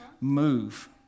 move